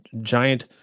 giant